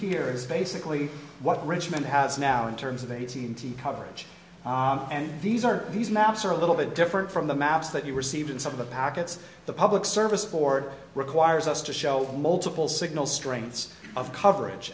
here is basically what richmond has now in terms of eighteen thousand coverage and these are these maps are a little bit different from the maps that you received in some of the packets the public service board requires us to show multiple signal strengths of coverage